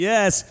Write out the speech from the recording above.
Yes